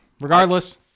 Regardless